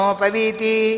paviti